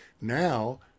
now